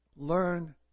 Learn